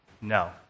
No